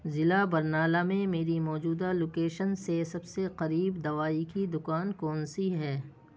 ضلع برنالہ میں میری موجودہ لوکیشن سے سب سے قریب دوائی کی دکان کون سی ہے